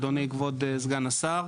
אדוני, כבוד סגן השר.